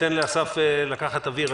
ניתן לאסף לקחת אוויר...